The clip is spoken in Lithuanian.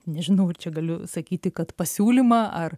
nežinau ar čia galiu sakyti kad pasiūlymą ar